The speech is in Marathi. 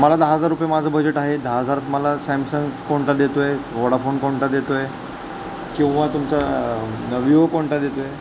मला दहा हजार रुपये माझं बजेट आहे दहा हजारात मला सॅमसंग कोणता देतो आहे व्होडाफोन कोणता देतो आहे किंवा तुमचा न् विवो कोणता देतो आहे